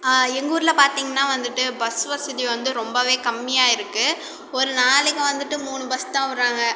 எங்கூரில் பார்த்தீங்கனா வந்துவிட்டு பஸ் வசதி வந்து ரொம்பவே கம்மியாக இருக்கு ஒரு நாளைக்கு வந்துவிட்டு மூணு பஸ் தான் விடுறாங்க